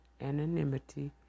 anonymity